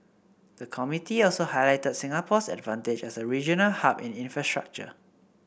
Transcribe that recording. the committee also highlighted Singapore's advantage as a regional hub in infrastructure